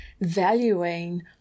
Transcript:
valuing